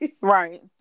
right